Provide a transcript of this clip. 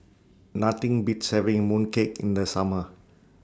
Nothing Beats having Mooncake in The Summer